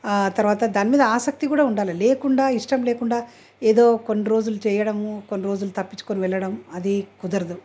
ఆ తరువాత దాని మీద ఆసక్తి గూడా ఉండాలి లేకుండా ఇష్టం లేకుండా ఏదో కొన్ని రోజులు చేయడము కొన్ని రోజులు తప్పించుకొని వెళ్ళడం అది కుదరదు